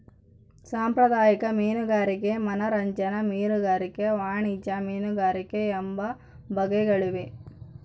ಸಾಂಪ್ರದಾಯಿಕ ಮೀನುಗಾರಿಕೆ ಮನರಂಜನಾ ಮೀನುಗಾರಿಕೆ ವಾಣಿಜ್ಯ ಮೀನುಗಾರಿಕೆ ಎಂಬ ಬಗೆಗಳಿವೆ